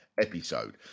episode